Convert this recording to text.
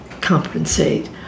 compensate